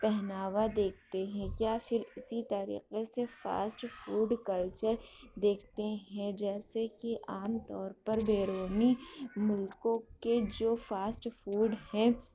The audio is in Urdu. پہناوا دیکھتے ہیں یا پھر اسی طریقے سے فاسٹ فوڈ کلچر دیکھتے ہیں جیسے کہ عام طور پر بیرونی ملکوں کے جو فاسٹ فوڈ ہیں